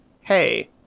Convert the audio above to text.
Hey